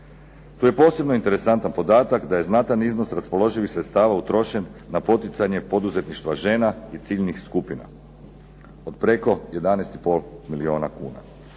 Tu je posebno interesantan podatak da je znatan iznos raspoloživih sredstava uložen na poticanje poduzetništva žena i ciljnih skupina. Od preko 11,5 milijuna kuna.